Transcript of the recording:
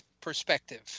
perspective